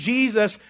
Jesus